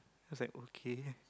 is like okay